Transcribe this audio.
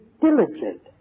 diligent